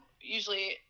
Usually